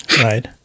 right